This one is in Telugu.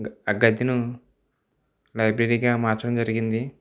గద్ గదిను లైబ్రరీగా మార్చడం జరిగింది